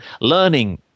learning